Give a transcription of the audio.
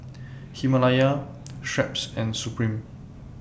Himalaya Schweppes and Supreme